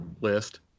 list